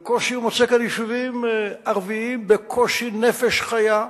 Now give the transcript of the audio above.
הוא בקושי מוצא כאן יישובים ערביים ובקושי נפש חיה.